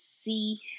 see